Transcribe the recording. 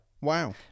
Wow